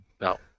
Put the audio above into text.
no